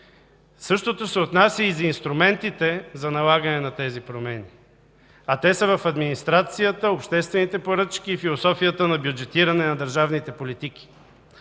Същото се отнася и за инструментите за налагане на тези промени, а те са в администрацията, обществените поръчки и философията на бюджетиране на държавните политики.